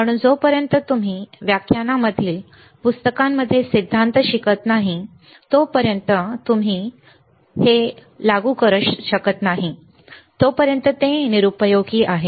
म्हणून जोपर्यंत तुम्ही व्याख्यानांमधील पुस्तकांमध्ये सिद्धांत शिकत नाही तोपर्यंत तुम्ही माझ्यानुसार लागू करत नाही तोपर्यंत ते निरुपयोगी आहे